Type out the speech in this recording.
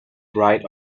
bright